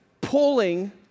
pulling